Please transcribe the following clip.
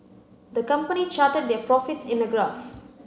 the company charted their profits in a graph